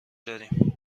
داریم